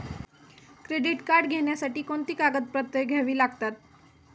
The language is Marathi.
क्रेडिट कार्ड घेण्यासाठी कोणती कागदपत्रे घ्यावी लागतात?